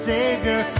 Savior